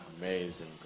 Amazing